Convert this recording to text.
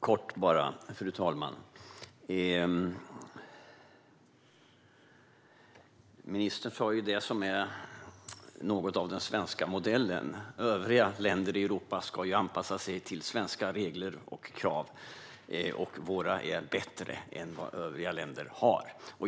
Fru talman! Jag ska fatta mig kort. Ministern sa det som är något av den svenska modellen: Övriga länder i Europa ska anpassa sig till svenska regler och krav, och våra är bättre än dem som övriga länder har!